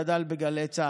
גדל בגלי צה"ל.